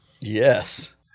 Yes